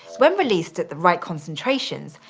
when released at the right concentrations,